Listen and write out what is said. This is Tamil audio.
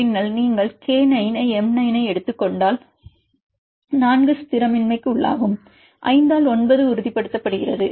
பின்னர் நீங்கள் K 9 ஐ M 9 க்கு எடுத்துக் கொண்டால் 4 ஸ்திரமின்மைக்குள்ளாகும் 5 ஆல் 9 உறுதிப்படுத்தப்படுகிறது